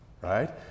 right